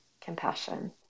compassion